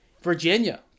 Virginia